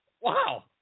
Wow